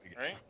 right